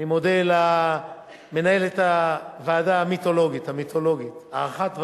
אני מודה למנהלת הוועדה המיתולוגית, האחת והיחידה,